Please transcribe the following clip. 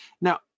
now